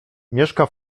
mieszka